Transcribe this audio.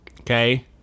okay